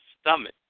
stomach